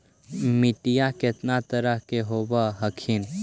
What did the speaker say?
मिट्टीया कितना तरह के होब हखिन?